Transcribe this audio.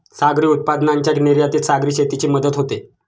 सागरी उत्पादनांच्या निर्यातीत सागरी शेतीची मदत होते